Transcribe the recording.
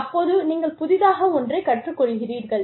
அப்போது நீங்கள் புதிதாக ஒன்றைக் கற்றுக்கொள்கிறீர்கள்